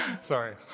Sorry